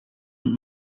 und